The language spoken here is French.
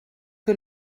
que